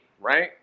right